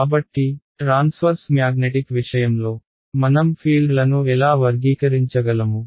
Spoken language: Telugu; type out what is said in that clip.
కాబట్టి ట్రాన్స్వర్స్ మ్యాగ్నెటిక్ విషయంలో మనం ఫీల్డ్లను ఎలా వర్గీకరించగలము